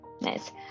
Nice